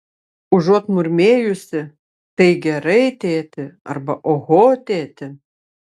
užuot murmėjusi tai gerai tėti arba oho tėti